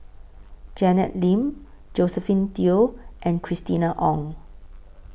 Janet Lim Josephine Teo and Christina Ong